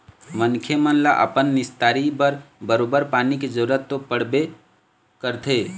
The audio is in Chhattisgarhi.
मनखे मन ल अपन निस्तारी बर बरोबर पानी के जरुरत तो पड़बे करथे